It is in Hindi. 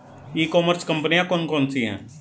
ई कॉमर्स कंपनियाँ कौन कौन सी हैं?